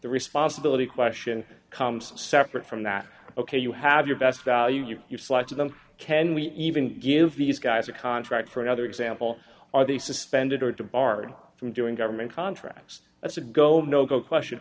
the responsibility question comes separate from that ok you have your best value your slice of them can we even give these guys a contract for another example are they suspended or to barred from doing government contracts that's a go nogo question